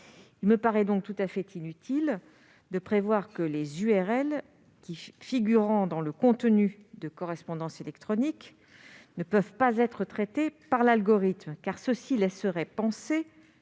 Il est donc tout à fait inutile de prévoir que les URL figurant dans le contenu des correspondances électroniques ne puissent être traitées par l'algorithme. Cela laisserait